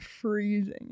freezing